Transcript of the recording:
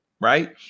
right